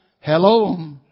Hello